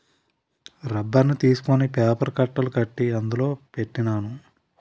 రబ్బర్ని తీసుకొని పేపర్ కట్టలు కట్టి అందులో పెట్టినాను